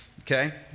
okay